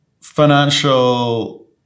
financial